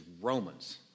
Romans